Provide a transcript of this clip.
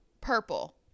Purple